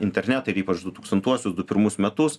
internetą ir ypač dutūkstantuosius du pirmus metus